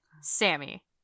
Sammy